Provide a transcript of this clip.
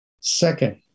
Second